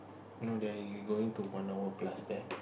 no leh you going to one hour plus there